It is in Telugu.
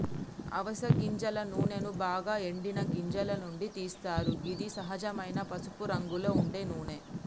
అవిస గింజల నూనెను బాగ ఎండిన గింజల నుండి తీస్తరు గిది సహజమైన పసుపురంగులో ఉండే నూనె